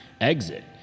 exit